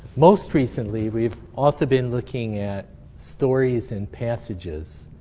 most recently, we've also been looking at stories and passages.